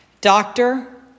Doctor